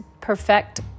perfect